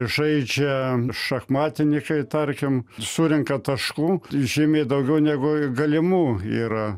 žaidžia šachmatininkai tarkim surenka taškų žymiai daugiau negu galimų yra